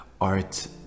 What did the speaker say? art